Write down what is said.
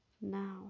Now